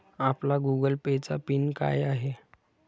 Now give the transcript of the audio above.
आपला Google Pay चा PIN काय आहे?